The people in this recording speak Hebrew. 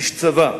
איש צבא,